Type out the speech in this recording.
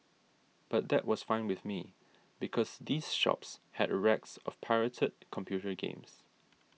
but that was fine with me because these shops had racks of pirated computer games